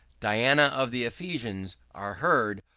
diana of the ephesians, are heard,